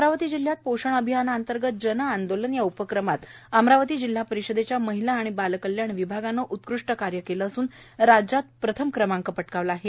अमरावती जिल्ह्यात पोषण अभियानाअंतर्गत जन आंदोलन या उपक्रमात अमरावती जिल्हा परिषदेच्या महिला आणि बालकल्याण विभागाने उत्कृष्ट कार्य केले असून राज्यात प्रथम क्रमांक पटकाविला आहे